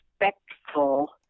respectful